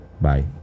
bye